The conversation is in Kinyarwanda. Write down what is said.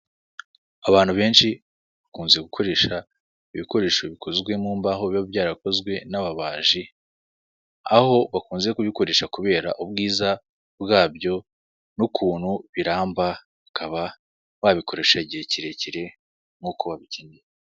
Abantu benshi bakunze gukoresha, ibikoresho bikozwe mu mbaho, biba byarakozwe n'ababaji, aho bakunze kubikoresha kubera ubwiza bwabyo n'ukuntu biramba, bakaba babikoresha igihe kirekire nkuko babikeneye.